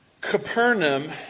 Capernaum